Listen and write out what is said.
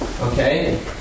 Okay